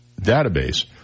database